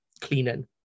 cleaning